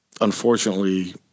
unfortunately